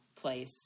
place